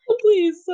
Please